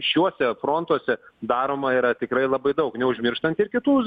šiuose frontuose daroma yra tikrai labai daug neužmirštant ir kitų